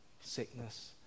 sickness